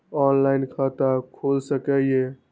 Online खाता खुल सके ये?